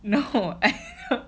no